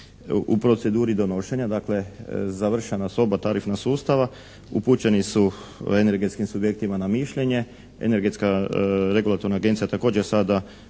u proceduri donošenja. Dakle, završena su oba tarifna sustava, upućeni su u energetskim subjektima na mišljenje, Energetska regulatorna agencija također sada